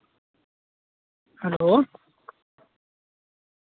hello